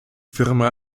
firma